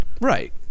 Right